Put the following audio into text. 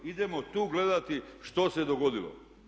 Idemo tu gledati što se dogodilo.